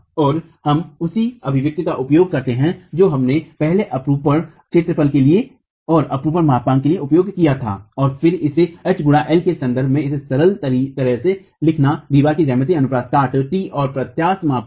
और हम उसी अभिव्यक्तियों का उपयोग करते हैं जो हमने पहले अपरूपण क्षेत्रफल के लिए और अपरूपण मापांक के लिए उपयोग किया था और फिर इसे H गुणा L के सन्दर्भ में इसे सरल तरह से लिखना दीवार की ज्यामिति अनुप्रस्थ काट T और प्रत्यास्थ मापांक